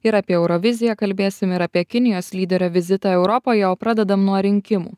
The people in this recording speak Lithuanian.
ir apie euroviziją kalbėsim ir apie kinijos lyderio vizitą europoje o pradedam nuo rinkimų